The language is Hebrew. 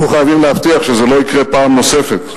אנחנו חייבים להבטיח שזה לא יקרה פעם נוספת.